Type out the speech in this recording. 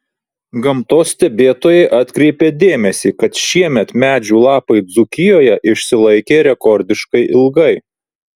gamtos stebėtojai atkreipė dėmesį kad šiemet medžių lapai dzūkijoje išsilaikė rekordiškai ilgai